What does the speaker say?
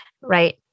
Right